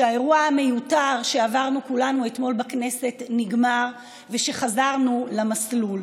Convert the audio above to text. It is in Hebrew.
שהאירוע המיותר שעברנו כולנו אתמול בכנסת נגמר ושחזרנו למסלול.